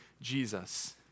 Jesus